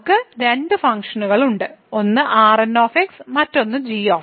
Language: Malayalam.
നമുക്ക് രണ്ട് ഫംഗ്ഷനുകളുണ്ട് ഒന്ന് Rn മറ്റൊന്ന് g